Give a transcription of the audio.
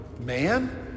man